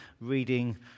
reading